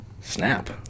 snap